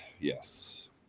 Yes